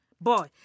Boy